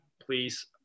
please